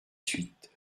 suite